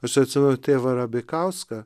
aš atsimenu tėvą rabikauską